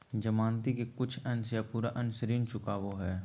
जमानती के कुछ अंश या पूरा अंश ऋण चुकावो हय